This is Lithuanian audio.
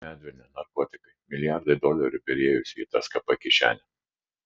medvilnė narkotikai milijardai dolerių byrėjusių į tskp kišenę